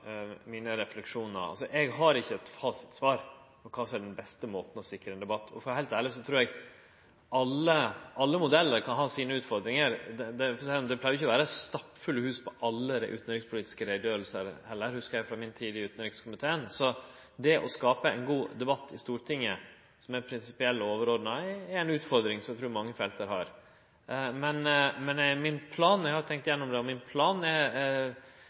mine refleksjonar. Eg har ikkje eit fasitsvar på kva som er den beste måten å sikre ein debatt. For å vere heilt ærleg trur eg alle modellar kan ha sine utfordringar. Det pleier jo ikkje å vere stappfulle hus på alle dei utanrikspolitiske utgreiingane heller, hugsar eg frå mi tid i utanrikskomiteen. Det å skape ein god debatt i Stortinget, som er prinsipiell og overordna, er ei utfordring som eg trur vi har på mange felt. Men eg har tenkt gjennom det, og planen min er